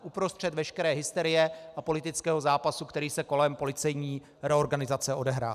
Uprostřed veškeré hysterie a politického zápasu, který se kolem policejní reorganizace odehrál.